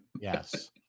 Yes